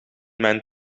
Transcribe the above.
mijn